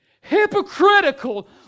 hypocritical